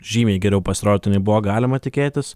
žymiai geriau pasirodyta nei buvo galima tikėtis